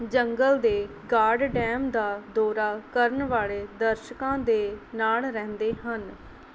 ਜੰਗਲ ਦੇ guard dam ਦਾ ਦੌਰਾ ਕਰਨ ਵਾਲੇ ਦਰਸ਼ਕਾਂ ਦੇ ਨਾਲ਼ ਰਹਿੰਦੇ ਹਨ